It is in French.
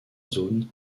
zones